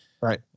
Right